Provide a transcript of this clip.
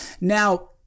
Now